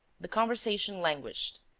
the conversation languished.